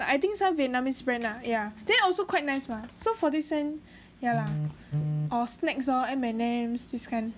but I think some vietnamese brand ah yeah then also quite nice mah so forty cent yeah lah or snacks lor M&M this kind